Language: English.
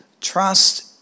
Trust